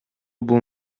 бул